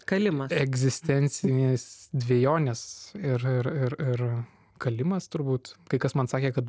kalimą egzistencinės dvejonės ir kalimas turbūt kai kas man sakė kad